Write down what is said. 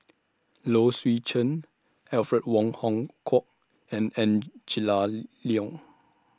Low Swee Chen Alfred Wong Hong Kwok and Angela Liong